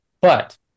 But-